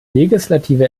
legislative